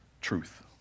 truth